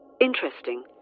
Interesting